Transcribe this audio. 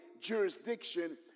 jurisdiction